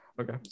Okay